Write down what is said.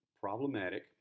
problematic